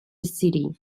city